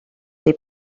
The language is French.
les